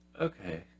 okay